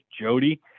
jody